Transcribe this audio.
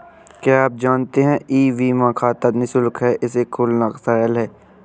क्या आप जानते है ई बीमा खाता निशुल्क है, इसे खोलना सरल है?